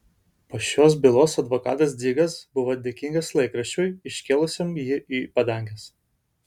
po šios bylos advokatas dzigas buvo dėkingas laikraščiui iškėlusiam jį į padanges